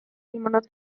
ilmunud